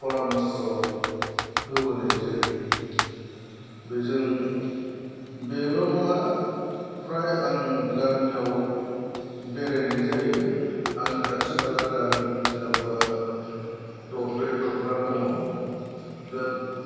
फरामर्च होबोनाय जायो बेजों बेल' नङा फ्राय आं गामियाव बेरायनाय जायो आंनि खाथि खाला गामि जेन'बा दरब्रै दरबा दङ दा